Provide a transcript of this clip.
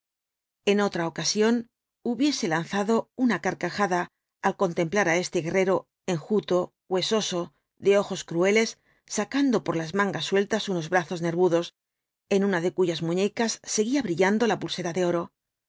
en otra ocasión hubiese lanzado una carcajada al contemplar á este guerrero enjuto huesoso de ojos crueles sacando por las mangas sueltas unos brazos nervudos en una de cuyas muñecas seguía brillando la pulsera de oro